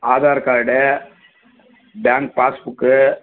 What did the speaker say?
Aadhaar card bank passbook